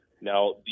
Now